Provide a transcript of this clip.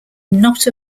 not